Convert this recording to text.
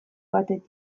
batetik